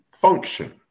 function